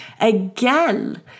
again